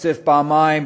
צפצף פעמיים,